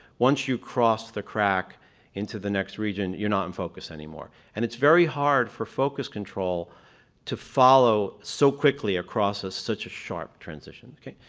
once you cross the crack into the next region, you're not in focus anymore. and it's very hard for focus control to follow so quickly across such a sharp transition.